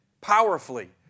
powerfully